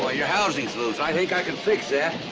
ah your housing's loose. i think i can fix that.